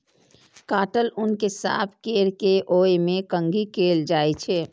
काटल ऊन कें साफ कैर के ओय मे कंघी कैल जाइ छै